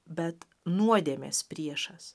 bet nuodėmės priešas